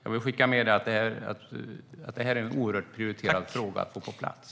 Jag vill skicka med att detta är en oerhört prioriterad fråga att få på plats.